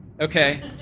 Okay